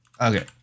okay